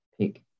pick